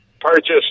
purchased